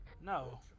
No